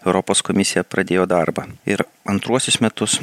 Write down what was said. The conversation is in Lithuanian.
europos komisija pradėjo darbą ir antruosius metus